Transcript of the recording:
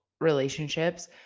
relationships